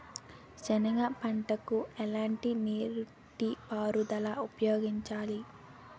సెనగ పంటకు ఎలాంటి నీటిపారుదల ఉపయోగించాలి?